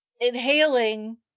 inhaling